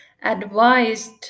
advised